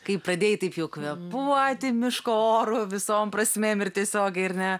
kaip pradėjai taip jog buvo ati miško oru visom prasmėm ir tiesiogiai ir ne